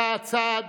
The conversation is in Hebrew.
צעד צעד,